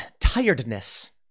tiredness